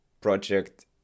project